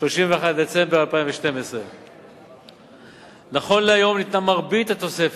31 בדצמבר 2012. נכון להיום ניתנה מרבית התוספת,